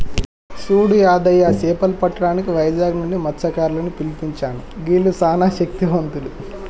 సూడు యాదయ్య సేపలు పట్టటానికి వైజాగ్ నుంచి మస్త్యకారులను పిలిపించాను గీల్లు సానా శక్తివంతులు